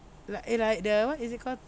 like eh like the what is it called